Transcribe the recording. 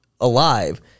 alive